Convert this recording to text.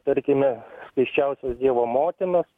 tarkime skaisčiausios dievo motinos